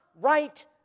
right